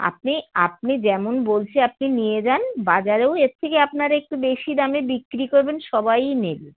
আপনি আপনি যেমন বলছি আপনি নিয়ে যান বাজারেও এর থেকে আপনারা একটু বেশি দামে বিক্রি করবেন সবাইই নেবে